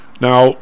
now